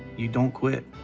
you don't quit.